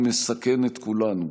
וזה מסכן את כולנו.